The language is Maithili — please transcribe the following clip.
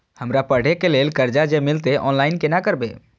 हमरा पढ़े के लेल कर्जा जे मिलते ऑनलाइन केना करबे?